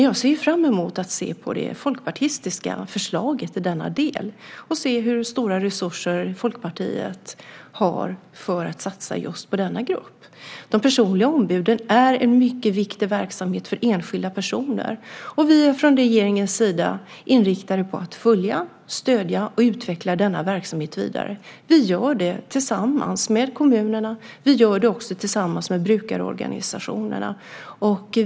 Jag ser fram emot att se på Folkpartiets förslag i denna del och se hur stora resurser Folkpartiet har för att satsa just på denna grupp. De personliga ombuden är en mycket viktig verksamhet för enskilda personer. Vi är från regeringens sida inriktade på att följa, stödja och utveckla denna verksamhet vidare. Vi gör det tillsammans med kommunerna och tillsammans med brukarorganisationerna.